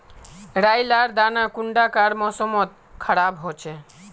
राई लार दाना कुंडा कार मौसम मोत खराब होचए?